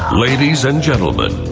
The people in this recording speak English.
ladies and gentlemen,